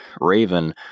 Raven